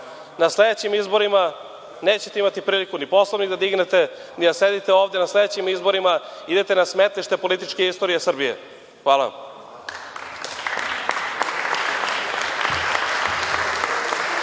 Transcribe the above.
Na sledećim izborima nećete imati priliku ni Poslovnik da dignete, ni da sedite ovde. Na sledećim izborima idete na smetlište političke istorije Srbije. Hvala.